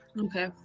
Okay